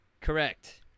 Correct